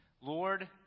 Lord